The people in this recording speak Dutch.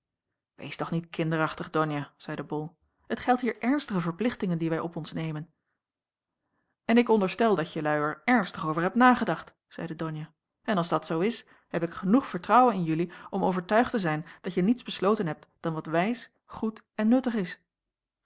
wees toch niet kinderachtig donia zeide ol het geldt hier ernstige verplichtingen die wij op ons nemen en ik onderstel dat jelui er ernstig over hebt nagedacht zeide donia en als dat zoo is heb ik genoeg vertrouwen in jelui om overtuigd te zijn dat je niets besloten hebt dan wat wijs goed en nuttig is